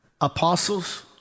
apostles